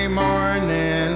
morning